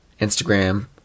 Instagram